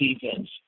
defense